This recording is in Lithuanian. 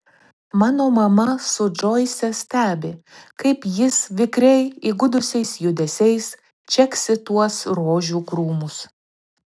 mano mama su džoise stebi kaip jis vikriai įgudusiais judesiais čeksi tuos rožių krūmus